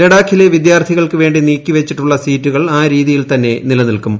ലഡാക്കിലെ വിദ്യാർത്ഥികൾക്കുവേണ്ടി നീക്കിവച്ചിട്ടുള്ള സീറ്റുകൾ ആ രീതിയിൽ തന്നെ നിലനിൽക്കും